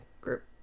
group